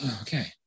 Okay